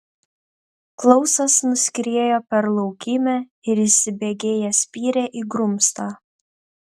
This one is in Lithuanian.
klausas nuskriejo per laukymę ir įsibėgėjęs spyrė į grumstą